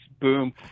boom